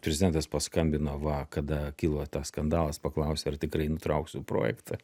prezidentas paskambino va kada kilo skandalas paklausė ar tikrai nutrauksiu projektą